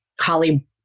Holly